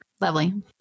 Lovely